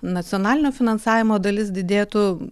nacionalinio finansavimo dalis didėtų